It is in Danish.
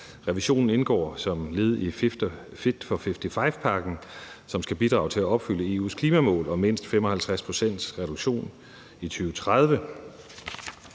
Revisionen indgår som led i Fit for 55-pakken, som skal bidrage til at opfylde EU's klimamål om mindst 55 pct.s reduktion i 2030.